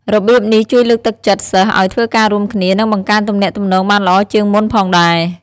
របៀបនេះជួយលើកទឹកចិត្តសិស្សឲ្យធ្វើការរួមគ្នា និងបង្កើតទំនាក់ទំនងបានល្អជាងមុនផងដែរ។